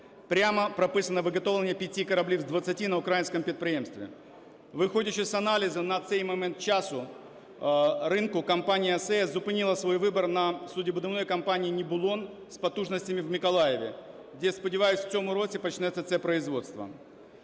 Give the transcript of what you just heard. прямо прописано виготовлення п'яти кораблів з двадцяти на українському підприємстві. Виходячи з аналізу, на цей момент часу ринку компанія ОСЕА зупинили свій вибір на суднобудівній компанії "Нібулон" з потужностями в Миколаєві, де, сподіваюсь, в цьому році почнеться це виробництво.